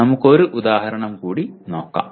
നമുക്ക് ഒരു ഉദാഹരണം കൂടി നോക്കാം